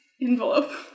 envelope